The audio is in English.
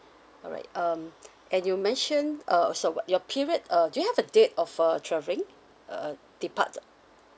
alright um and you mentioned uh so your period uh do you have a date of uh travelling uh uh depart